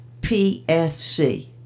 PFC